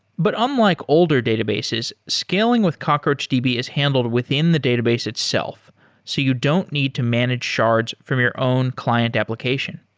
but unlike older databases, scaling with cockroachdb is handled within the database itself so you don't need to manage shards from your own client application.